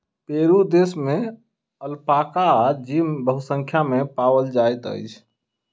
Peru देश में alpaca जीव बहुसंख्या में पाओल जाइत अछि